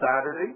Saturday